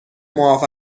معاف